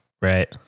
Right